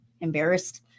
embarrassed